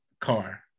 car